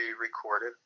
recorded